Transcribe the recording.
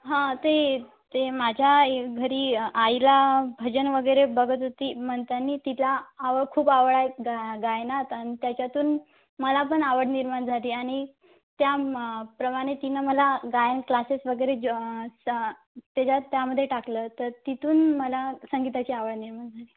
हां ते ते माझ्या ए घरी आईला भजन वगैरे बघत होती म्हणताना तिला आव खूप आवड आहे गा गायनात आणि त्याच्यातून मला पण आवड निर्माण झाली आणि त्या म् प्रमाणे तिनं मला गायन क्लासेस वगैरे ज स त्याच्यात त्यामध्ये टाकलं तर तिथून मला संगीताची आवड निर्माण झाली